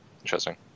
Interesting